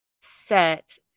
set